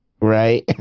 right